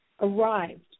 arrived